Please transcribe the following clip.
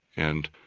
and,